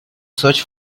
search